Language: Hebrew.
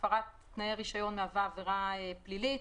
הפרת תנאי הרישיון מהווה עבירת פלילית,